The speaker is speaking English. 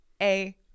A-